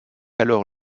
alors